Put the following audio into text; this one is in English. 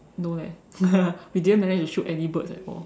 no leh we didn't manage to shoot any birds at all